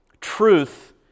Truth